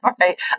right